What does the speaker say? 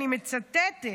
אני מצטטת,